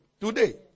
today